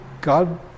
God